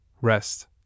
rest